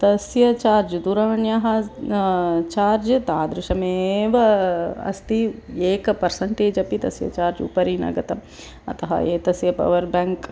तस्य चार्ज् दूरवाण्याः चार्ज् तादृशमेव अस्ति एकः पर्सेण्टेज् अपि तस्य चार्ज् उपरि न गतम् अतः एतस्य पवर् बाङ्क्